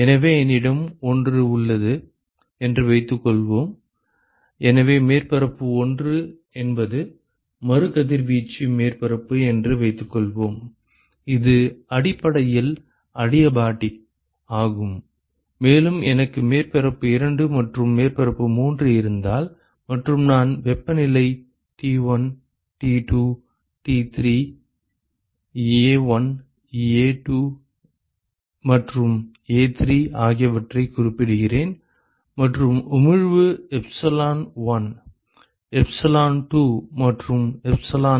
எனவே என்னிடம் ஒன்று உள்ளது என்று வைத்துக்கொள்வோம் எனவே மேற்பரப்பு 1 என்பது மறு கதிர்வீச்சு மேற்பரப்பு என்று வைத்துக்கொள்வோம் இது அடிப்படையில் அடியாபாடிக் ஆகும் மேலும் எனக்கு மேற்பரப்பு 2 மற்றும் மேற்பரப்பு 3 இருந்தால் மற்றும் நான் வெப்பநிலை T1 T2 T3 A1 A2 மற்றும் A3 ஆகியவற்றைக் குறிப்பிடுகிறேன் மற்றும் உமிழ்வு எப்சிலான் 1 எப்சிலான் 2 மற்றும் எப்சிலான் 3